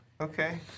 Okay